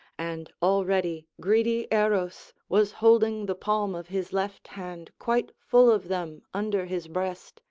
and already greedy eros was holding the palm of his left hand quite full of them under his breast,